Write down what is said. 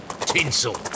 Tinsel